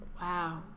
Wow